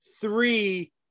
three